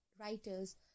writers